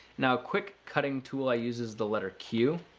now, quick cutting tool, i uses the letter q.